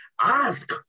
Ask